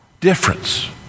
difference